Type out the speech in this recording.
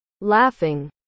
Laughing